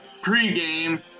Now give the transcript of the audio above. pregame